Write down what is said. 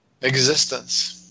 existence